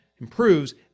improves